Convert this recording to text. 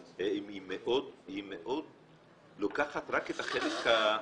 היא מאוד לוקחת רק את החלק האפור